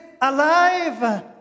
alive